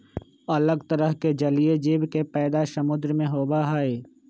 अलग तरह के जलीय जीव के पैदा समुद्र में होबा हई